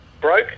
broke